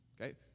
okay